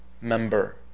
member